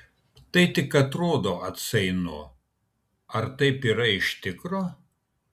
tai tik atrodo atsainu ar taip yra iš tikro